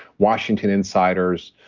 washington insiders,